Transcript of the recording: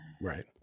right